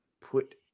put